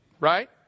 Right